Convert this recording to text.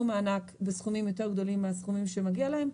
מענק בסכומים יותר גדולים מהסכומים שמגיע להם.